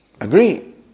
agree